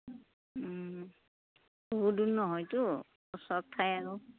বহু দূৰ নহয়তো ওচৰ ঠাই আৰু